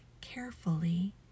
carefully